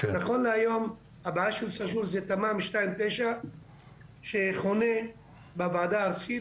נכון להיות הבעיה של סאג'ור זה תמ"מ 2/ 9 שחונה במועצה הארצית.